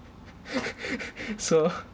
so